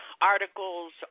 articles